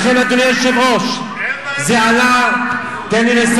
לכן, אדוני היושב-ראש, זה עלה, אין להם את ש"ס.